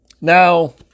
Now